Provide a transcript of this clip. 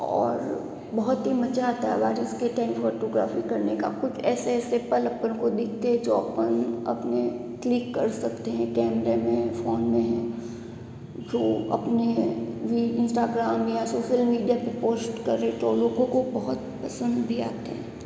और बहुत ही मज़ा आता है बारिश के टाइम फ़ोटोग्राफ़ी करने का कुछ ऐसे ऐसे पल अपन को देखते हैं जो अपन अपने क्लिक कर सकते हैं कमरे में फ़ोन में वह अपने यह इंस्टाग्राम या शोशल मीडिया पर पोस्ट करें तो लोगों को बहुत पसंद भी आते हैं